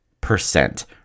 percent